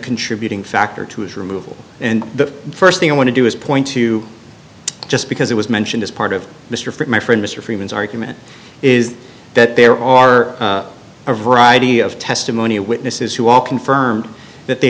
contributing factor to his removal and the st thing i want to do is point to just because it was mentioned as part of mr frick my friend mr freeman's argument is that there are a variety of testimony of witnesses who all confirmed that they